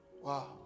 Wow